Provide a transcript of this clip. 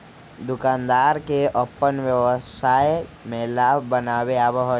दुकानदार के अपन व्यवसाय में लाभ बनावे आवा हई